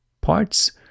parts